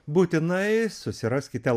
būtinai susiraskite